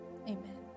amen